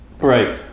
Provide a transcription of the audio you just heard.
Right